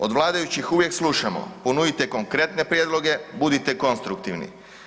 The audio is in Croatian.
Od vladajućih uvijek slušamo ponudite konkretne prijedloge budite konstruktivni.